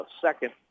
second